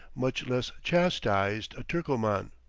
much less chastised, a turcoman.